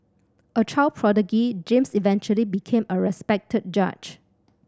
a child prodigy James eventually became a respected judge